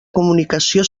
comunicació